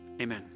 Amen